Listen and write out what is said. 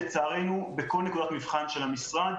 לצערנו בכל נקודת מבחן של המשרד,